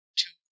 two